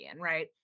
right